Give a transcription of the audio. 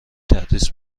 تدریس